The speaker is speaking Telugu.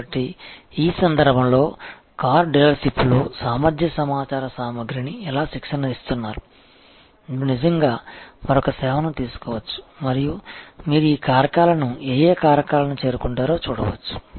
కాబట్టి ఈ సందర్భంలో కార్ డీలర్షిప్లో సామర్థ్య సమాచార సామగ్రిని ఎలా శిక్షణ ఇస్తున్నారు మీరు నిజంగా మరొక సేవను తీసుకోవచ్చు మరియు మీరు ఈ కారకాలను ఏయే కారకాలను చేరుకుంటారో చూడవచ్చు